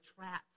trapped